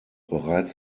bereits